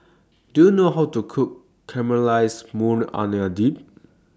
Do YOU know How to Cook Caramelized Maui Onion Dip